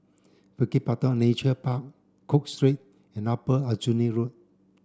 Bukit Batok Nature Park Cook Street and Upper Aljunied Road